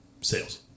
sales